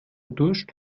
durst